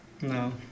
No